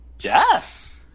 Yes